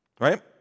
right